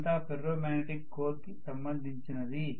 అదంతా ferromagnetic core కి సంబంధించినది